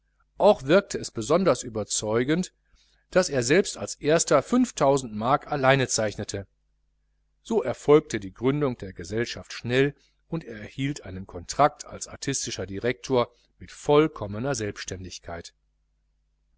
auch wirkte es besonders überzeugend daß er selbst als erster fünftausend mark allein zeichnete so erfolgte die gründung der gesellschaft schnell und er erhielt einen kontrakt als artistischer direktor mit vollkommener selbständigkeit